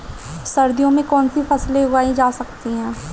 सर्दियों में कौनसी फसलें उगाई जा सकती हैं?